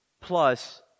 plus